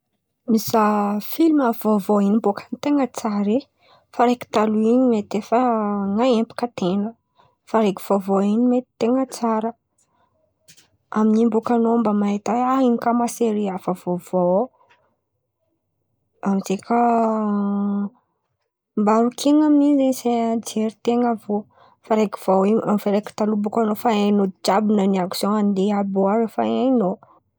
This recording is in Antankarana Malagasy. Mizaha filma vaovao in̈y bôka no ten̈a tsara ai. Fa araiky taloha in̈y mety efa maha empaka an-ten̈a. Fa araiky vaovao iny mety ten̈a tsara. Amin’in̈y baka an̈ao mba mahitra a, in̈ô koa ma seria hafa vaovao ô. Amy zen̈y kà mba rokian̈a amin’in̈y zen̈y sain- jerin-ten̈a avô. Fa araiky vô araiky taloha bôka fa hain’olo jiàby raha andeha bôkeo raha fa hain̈ao.